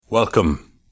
Welcome